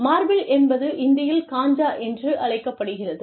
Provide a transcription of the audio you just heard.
marble என்பது இந்தியில் காஞ்சா என்று அழைக்கப்படுகிறது